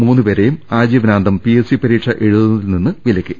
മൂന്നു പേരെയും ആജീവനാന്തം പിഎസ്സി പരീക്ഷയെഴുതുന്നതിൽ നിന്നു വിലക്കി